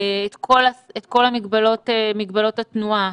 את כל מגבלות התנועה,